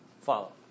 Follow